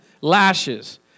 lashes